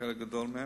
חלק גדול מהן.